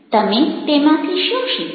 તમે તેમાંથી શું શીખ્યા